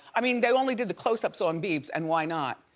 i mean they only did the closeups on biebs and why not?